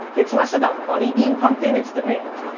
it's less about money being pumped in, it's demand.